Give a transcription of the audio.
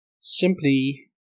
simply